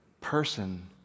person